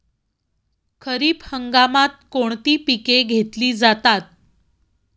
खरीप हंगामात कोणती पिके घेतली जातात?